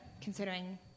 considering